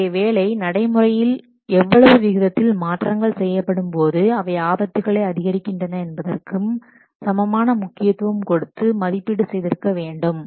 நம்முடைய வேலை நடைமுறையில் எவ்வளவு விகிதத்தில் மாற்றங்கள் செய்யப்படும்போது அவை ஆபத்துக்களை அதிகரிக்கின்றன என்பதற்கும் சமமான முக்கியத்துவம் கொடுத்து மதிப்பீடு செய்திருக்க வேண்டும்